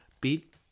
Beat